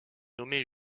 nommé